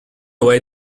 way